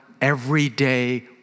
everyday